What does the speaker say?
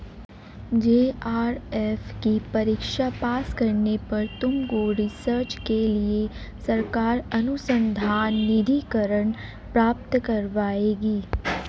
JRF की परीक्षा pass करने पर तुमको रिसर्च के लिए सरकार अनुसंधान निधिकरण प्राप्त करवाएगी